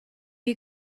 you